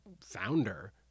founder